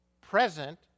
present